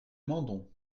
mandon